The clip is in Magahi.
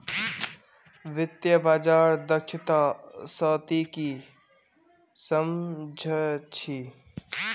वित्तीय बाजार दक्षता स ती की सम झ छि